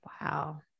Wow